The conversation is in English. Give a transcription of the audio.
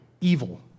evil